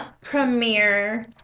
premiere